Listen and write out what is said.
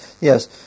yes